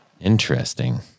Interesting